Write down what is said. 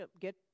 Get